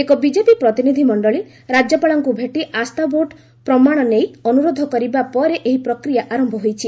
ଏକ ବିଜେପି ପ୍ରତିନିଧି ମଣ୍ଡଳୀ ରାଜ୍ୟପାଳଙ୍କୁ ଭେଟି ଆସ୍ଥାଭୋଟ ପ୍ରମାଣ ନେଇ ଅନୁରୋଧ କରିବା ପରେ ଏହି ପ୍ରକ୍ରିୟା ଆରମ୍ଭ ହୋଇଛି